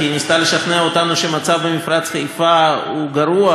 כי היא ניסתה לשכנע אותנו שהמצב במפרץ חיפה הוא גרוע,